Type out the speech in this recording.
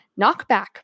Knockback